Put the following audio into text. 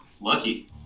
Lucky